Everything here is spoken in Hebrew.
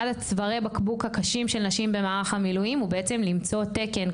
אחד צווארי הבקבוק הקשים של נשים במערך המילואים הוא בעצם למצוא תקן.